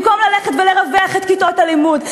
במקום ללכת ולרווח את כיתות הלימוד,